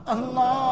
Allah